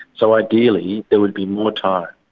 so ideally there would be more time.